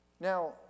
Now